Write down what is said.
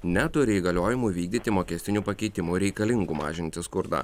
neturi įgaliojimų vykdyti mokestinių pakeitimų reikalingų mažinti skurdą